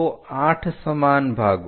તો 8 સમાન ભાગો